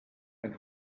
and